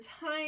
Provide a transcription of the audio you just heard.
time